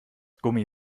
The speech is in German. gummi